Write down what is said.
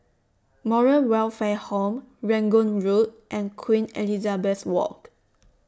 Moral Welfare Home Rangoon Road and Queen Elizabeth Walk